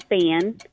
fan